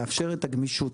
לאפשר את הגמישות.